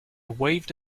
waved